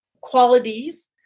qualities